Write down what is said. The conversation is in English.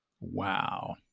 Wow